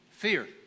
fear